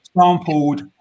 sampled